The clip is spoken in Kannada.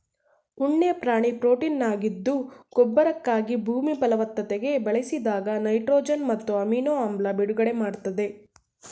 ಉಣ್ಣೆ ಪ್ರಾಣಿ ಪ್ರೊಟೀನಾಗಿದ್ದು ಗೊಬ್ಬರಕ್ಕಾಗಿ ಭೂಮಿ ಫಲವತ್ತತೆಗೆ ಬಳಸಿದಾಗ ನೈಟ್ರೊಜನ್ ಮತ್ತು ಅಮಿನೊ ಆಮ್ಲ ಬಿಡುಗಡೆ ಮಾಡ್ತದೆ